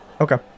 Okay